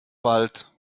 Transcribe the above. bald